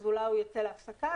אז אולי הוא יוצא להפסקה.